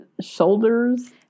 shoulders